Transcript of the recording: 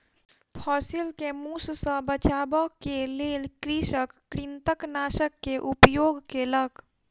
फसिल के मूस सॅ बचाबअ के लेल कृषक कृंतकनाशक के उपयोग केलक